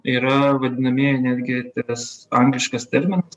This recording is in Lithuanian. yra vadinamieji netgi tas angliškas terminas